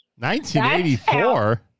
1984